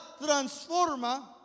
transforma